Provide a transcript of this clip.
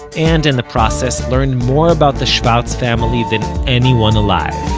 and in the process learned more about the schwartz family than anyone alive.